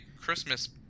christmas